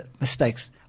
mistakes